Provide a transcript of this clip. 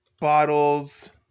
bottles